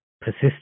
persist